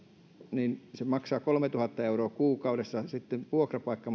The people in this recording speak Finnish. niin se maksaa kolmetuhatta euroa kuukaudessa sitten vuokrapaikka